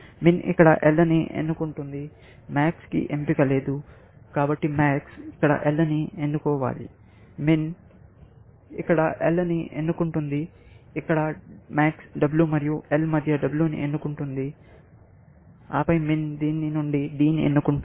MIN ఇక్కడ L ని ఎన్నుకుంటుంది MAX కి ఎంపిక లేదు కాబట్టి MAX ఇక్కడ L ని ఎన్నుకోవాలి MIN ఇక్కడ L ని ఎన్నుకుంటుంది ఇక్కడ MAX W మరియు L మధ్య W ని ఎన్నుకుంటుంది MIN దీని నుండి D ని ఎన్నుకుంటుంది